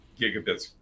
gigabits